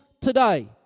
today